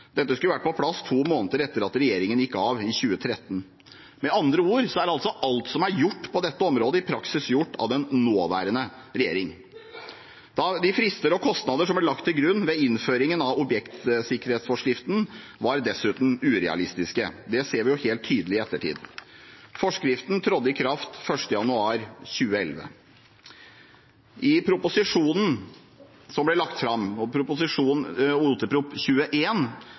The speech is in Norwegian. Dette skulle vært på plass to måneder etter at regjeringen gikk av i 2013. Med andre ord er alt som er gjort på dette området, i praksis gjort av nåværende regjering. De frister og kostnader som ble lagt til grunn ved innføringen av objektsikkerhetsforskriften, var dessuten urealistiske. Det ser vi helt tydelig i ettertid. Forskriften trådte i kraft 1. januar 2011. I Ot.prp. nr. 21 for 2007–2008, som ble framlagt av den rød-grønne regjeringen, kan vi lese på side 42 at det ble lagt